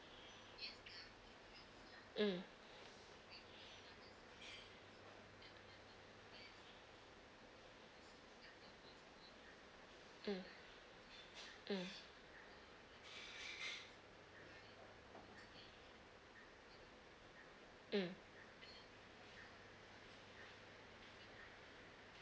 mm mm mm mm